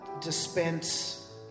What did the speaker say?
dispense